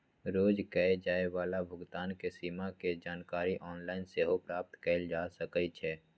रोज कये जाय वला भुगतान के सीमा के जानकारी ऑनलाइन सेहो प्राप्त कएल जा सकइ छै